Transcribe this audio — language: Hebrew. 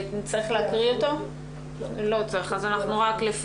לא צריך להקריא אותו אז אני מצביעה על החידוש.